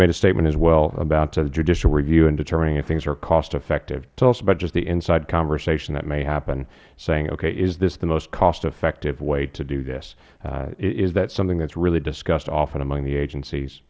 made a statement as well about the judicial review and determining if things are cost effective tell us about just the inside conversation that may happen saying okay is this the most cost effective way to do this is that something that is really discussed often among the agencies